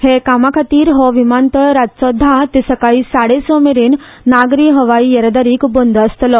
ह्या कामा खातीर हो विमानतळ रातचो धा ते सकाळीं साडे स मेरेन नागरी हवाई येरादारीक बंद आसतलो